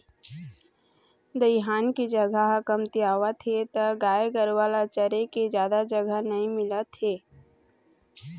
दइहान के जघा ह कमतियावत हे त गाय गरूवा ल चरे के जादा जघा नइ मिलत हे